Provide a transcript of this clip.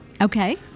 Okay